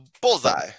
Bullseye